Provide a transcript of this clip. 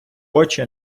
очі